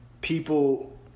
People